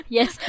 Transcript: Yes